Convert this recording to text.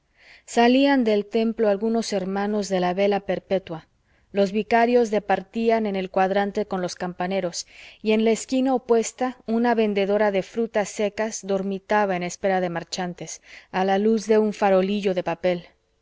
salían del templo algunos hermanos de la vela perpétua los vicarios departían en el cuadrante con los campaneros y en la esquina opuesta una vendedora de frutas secas dormitaba en espera de marchantes a la luz de un farolillo de papel